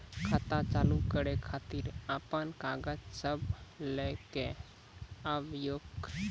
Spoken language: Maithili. खाता चालू करै खातिर आपन कागज सब लै कऽ आबयोक?